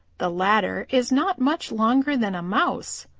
the latter is not much longer than a mouse.